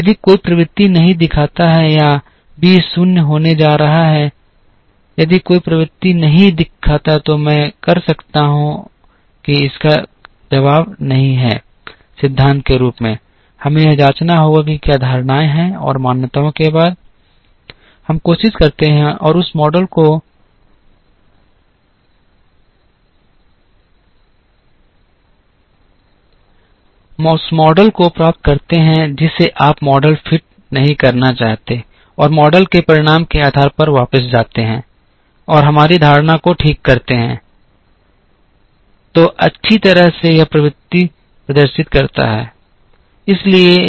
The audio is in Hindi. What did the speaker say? यदि यह कोई प्रवृत्ति नहीं दिखाता है या बी 0 होने जा रहा है यदि यह कोई प्रवृत्ति नहीं दिखाता है तो मैं कर सकता हूं कि इसका जवाब नहीं है सिद्धांत रूप में हमें यह जांचना होगा कि क्या धारणाएं हैं और मान्यताओं के बाद हम कोशिश करते हैं और उस मॉडल को प्राप्त करते हैं जिसे आप मॉडल फिट नहीं करना चाहते हैं और मॉडल के परिणाम के आधार पर वापस जाते हैं और हमारी धारणा को ठीक करते हैं ओह अच्छी तरह से यह प्रवृत्ति प्रदर्शित कर सकता है